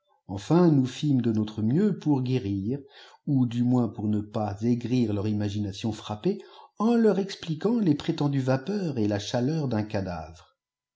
enfin nous fîmes de notre mieux pour guérir ou du moins pour ne pas aigrir leur imagination frappée en leur expliquant les prétendues vapeurs et la chaleur d'un cadavre